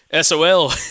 sol